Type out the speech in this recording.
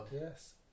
Yes